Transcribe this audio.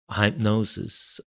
hypnosis